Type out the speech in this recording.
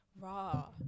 raw